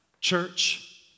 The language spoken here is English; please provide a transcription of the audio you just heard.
Church